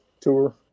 tour